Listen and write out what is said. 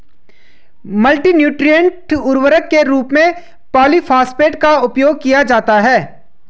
multi nutrient उर्वरक के रूप में पॉलिफॉस्फेट का उपयोग किया जाता है